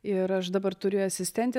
ir aš dabar turiu asistentę